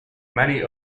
many